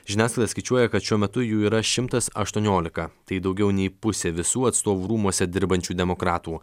žiniasklaida skaičiuoja kad šiuo metu jų yra šimtas aštuoniolika tai daugiau nei pusė visų atstovų rūmuose dirbančių demokratų